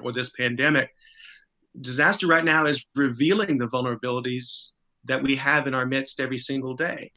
or this pandemic disaster right now is revealing the vulnerabilities that we have in our midst every single day.